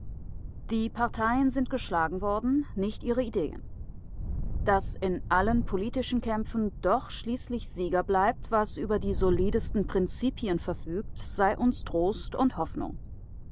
die parteien sind geschlagen worden nicht ihre ideen daß in allen politischen kämpfen doch schließlich sieger bleibt was über die solidesten prinzipien verfügt sei uns trost und hoffnung